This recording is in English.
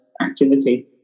activity